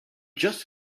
just